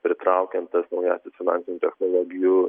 pritraukiant nauja finansinių technologijų